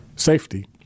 Safety